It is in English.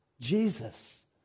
Jesus